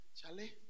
Charlie